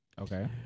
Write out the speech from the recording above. Okay